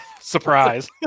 surprise